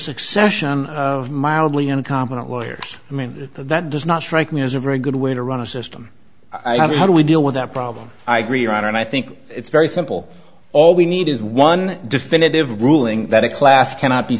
succession of mildly incompetent lawyers so that does not strike me as a very good way to run a system i mean how do we deal with that problem i agree on and i think it's very simple all we need is one definitive ruling that a class cannot be